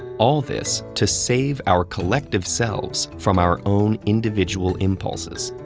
all this to save our collective selves from our own individual impulses.